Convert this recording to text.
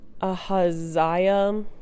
Ahaziah